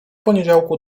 poniedziałku